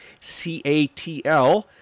CATL